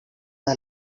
our